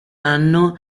anno